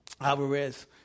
Alvarez